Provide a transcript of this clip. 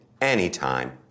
anytime